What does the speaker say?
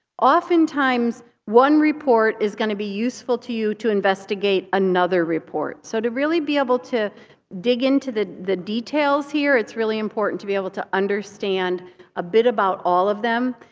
oftentimes one report is going to be useful to you to investigate another report. so to really be able to really dig into the the details here, it's really important to be able to understand a bit about all of them.